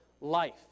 life